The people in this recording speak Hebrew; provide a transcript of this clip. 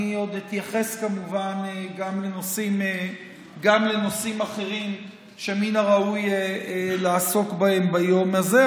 אני עוד אתייחס כמובן גם לנושאים אחרים שמן הראוי לעסוק בהם ביום הזה,